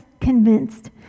convinced